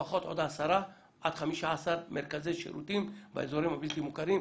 לפחות עוד עשרה עד 15 מרכזי שירותים באזורים הבלתי-מוכרים.